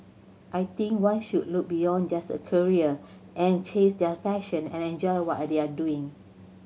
I think one should look beyond just a career and chase their passion and enjoy what they are doing